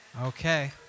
Okay